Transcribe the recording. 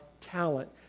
talent